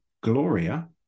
Gloria